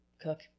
cook